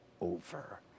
over